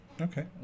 okay